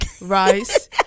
rice